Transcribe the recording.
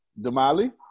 damali